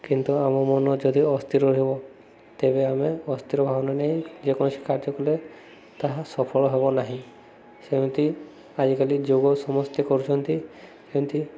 କିନ୍ତୁ ଆମ ମନ ଯଦି ଅସ୍ଥିର ରହିବ ତେବେ ଆମେ ଅସ୍ଥିର ଭାବନା ନେଇ ଯେକୌଣସି କାର୍ଯ୍ୟ କଲେ ତାହା ସଫଳ ହେବ ନାହିଁ ସେମିତି ଆଜିକାଲି ଯୋଗ ସମସ୍ତେ କରୁଛନ୍ତି ଏମିତି